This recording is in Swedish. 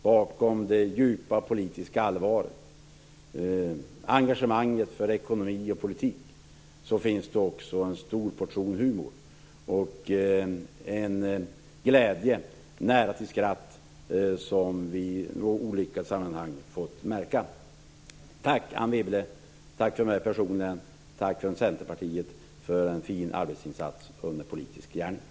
Bakom det djupa politiska allvaret och engagemanget för ekonomi och politik finns det också en stor portion humor och glädje och närhet till skratt som vi i olika sammanhang har fått uppleva. Tack Anne Wibble från mig personligen och från Centerpartiet för en fin arbetsinsats under den politiska gärningen.